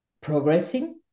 progressing